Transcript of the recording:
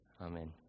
Amen